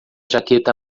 jaqueta